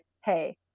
hey